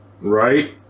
right